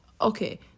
Okay